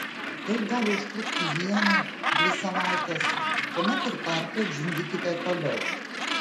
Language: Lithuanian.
tai gali užtrukti vieną dvi savaites tuomet ir perpiet žindykite toliau